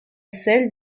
celle